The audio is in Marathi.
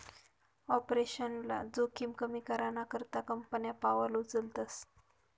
आपरेशनल जोखिम कमी कराना करता कंपन्या पावलं उचलतस